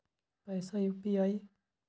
पैसा यू.पी.आई?